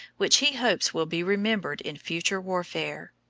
which he hopes will be remembered in future warfare.